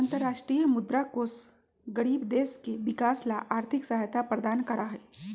अन्तरराष्ट्रीय मुद्रा कोष गरीब देश के विकास ला आर्थिक सहायता प्रदान करा हई